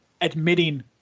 admitting